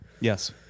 Yes